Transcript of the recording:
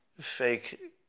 fake